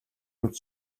өмч